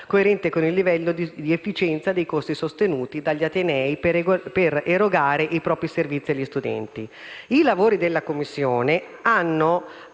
coerente con il livello di efficienza dei costi sostenuti dagli atenei per erogare i propri servizi agli studenti. I lavori della Commissione in